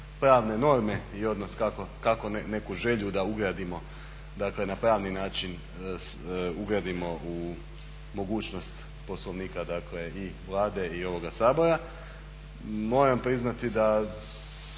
pravne norme i odnos kako neku želju da ugradimo, dakle na pravni način ugradimo u mogućnost Poslovnika dakle i Vlade i ovoga Sabora. Moram priznati da,